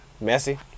messy